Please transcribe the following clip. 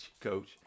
Coach